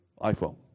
iPhone